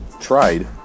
tried